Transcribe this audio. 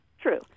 true